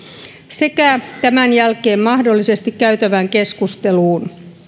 sekä tämän jälkeen mahdollisesti käytävään keskusteluun